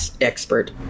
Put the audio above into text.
expert